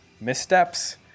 missteps